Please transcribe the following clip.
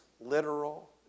literal